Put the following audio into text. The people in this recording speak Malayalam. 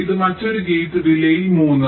ഇത് മറ്റൊരു ഗേറ്റ് ഡിലേയ് 3